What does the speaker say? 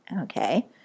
Okay